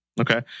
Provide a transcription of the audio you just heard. Okay